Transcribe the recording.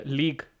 league